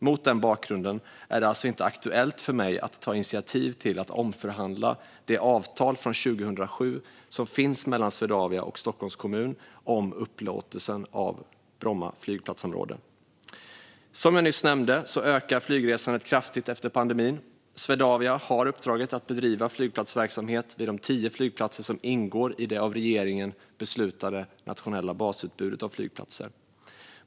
Mot den bakgrunden är det alltså inte aktuellt för mig att ta initiativ till att omförhandla det avtal från 2007 som finns mellan Swedavia och Stockholms kommun om upplåtelsen av Bromma flygplatsområde. Som jag nyss nämnde ökar flygresandet kraftigt efter pandemin. Swedavia har uppdraget att bedriva flygplatsverksamhet vid de tio flygplatser som ingår i det av regeringen beslutade nationella basutbudet av flygplatser.